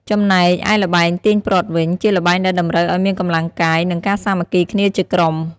ចំណែកឯល្បែងទាញព្រ័ត្រវិញ ជាល្បែងដែលតម្រូវឲ្យមានកម្លាំងកាយ និងការសាមគ្គីគ្នាជាក្រុម។